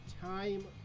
time